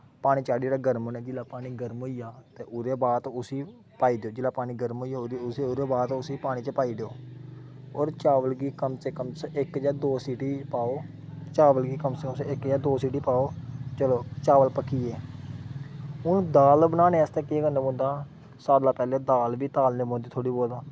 पनी चाढ़ी ओड़ना गर्म होने गी जिसलै गर्म होई जा उसगी पानी गर्म होई जा ओह्दे बाद उसगी पानी च पाई ओड़ेआ ते चावल गी कम से कम इक जां दो सीटी च पाओ चावल गी कम से कम इक जां दो सीटी पाओ ते चावल पक्की गे हून दाल बनाने बास्ते केह् करना पौंदा सारें कोला दा पैह्लें दाल बी तालनी पौंदी